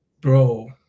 bro